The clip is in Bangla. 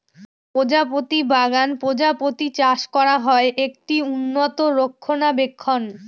প্রজাপতি বাগান প্রজাপতি চাষ করা হয়, একটি উন্নত রক্ষণাবেক্ষণ